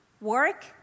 Work